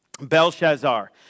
Belshazzar